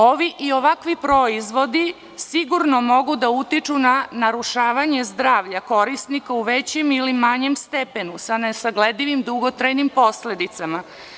Ovi i ovakvi proizvodi sigurno mogu da utiču na narušavanje zdravlja korisnika u većem ili manjem stepenu, sa nesagledivim, dugotrajnim posledicama.